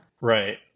Right